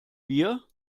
bier